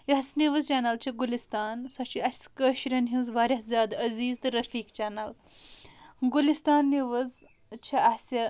یۄس news channel چھِ گُلِستان سۄ چھے اسہِ کٲشریٚن ہٕنٛز واریاہ زیادٕ عزیٖز تہٕ رٔفیٖق چیٚنل گُلِستان نِوٕز چھِ اَسہِ